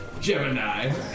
Gemini